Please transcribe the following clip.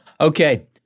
Okay